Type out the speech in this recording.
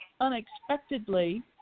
unexpectedly